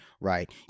right